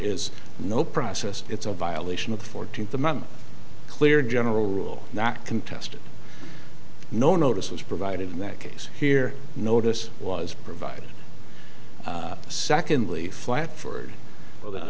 is no process it's a violation of the fourteenth amendment clear general rule not contested no notice was provided in that case here notice was provided secondly flat for